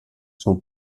sont